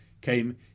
came